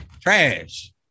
Trash